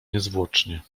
niezwłocznie